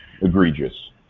Egregious